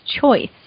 choice